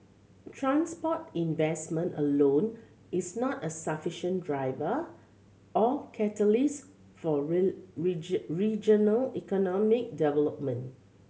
transport investment alone is not a sufficient driver or catalyst for regional economic development